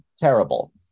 terrible